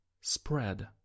spread